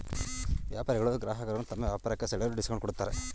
ವ್ಯಾಪಾರಿಗಳು ಗ್ರಾಹಕರನ್ನು ತಮ್ಮ ವ್ಯಾಪಾರಕ್ಕೆ ಸೆಳೆಯಲು ಡಿಸ್ಕೌಂಟ್ ಕೊಡುತ್ತಾರೆ